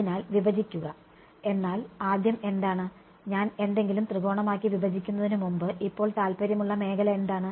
അതിനാൽ വിഭജിക്കുക എന്നാൽ ആദ്യം എന്താണ് ഞാൻ എന്തെങ്കിലും ത്രികോണമാക്കി വിഭജിക്കുന്നതിന് മുമ്പ് ഇപ്പോൾ താൽപ്പര്യമുള്ള മേഖല എന്താണ്